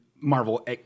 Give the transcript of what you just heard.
Marvel